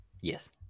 Yes